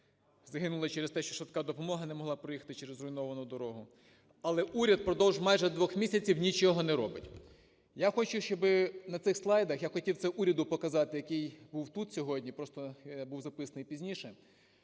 загинула через те, що швидка допомога не могла проїхати через зруйновану дорогу. Але уряд впродовж майже двох місяців нічого не робить. Я хочу, щоб на цих слайдах… Я хотів це уряду показати, який був тут сьогодні, просто я був записаний пізніше.